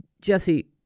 Jesse